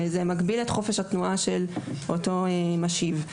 זה מגביל את חופש התנועה של אותו משיב.